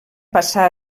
passà